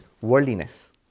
worldliness